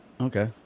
Okay